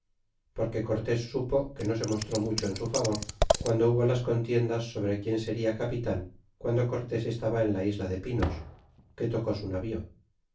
porque cortés supo que no se mostró mucho en su favor guando hubo las contiendas sobre quien seria capitan guando cortés estaba en la isla de pinos que tocó su navio